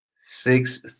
Six